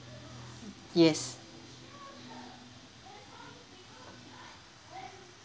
yes